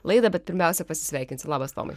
laidą bet pirmiausia pasisveikinsiu labas tomai